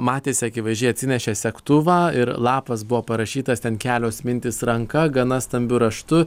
matėsi akivaizdžiai atsinešė segtuvą ir lapas buvo parašytas ten kelios mintys ranka gana stambiu raštu